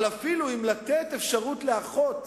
אבל אפילו אם לתת אפשרות לאחות